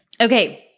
Okay